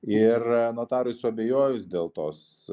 ir notarui suabejojus dėl tos